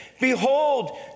behold